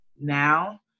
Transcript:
now